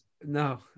No